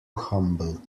humble